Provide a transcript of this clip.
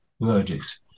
verdict